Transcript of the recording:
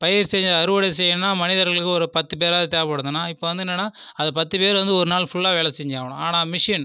பயிர் செய்ய அறுவடை செய்யணுனால் மனிதர்களுக்கு ஒரு பத்து பேராவது தேவைப்படுதுனால் இப்போ வந்து என்னனால் அது பத்து பேர் வந்து ஒரு நாள் ஃபுல்லாக வேலை செஞ்சாகணும் ஆனால் மிஷின்